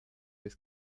des